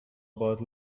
about